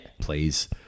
Please